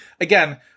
again